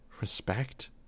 Respect